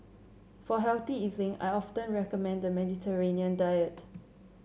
for healthy eating I often recommend the Mediterranean diet